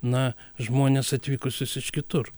na žmones atvykusius iš kitur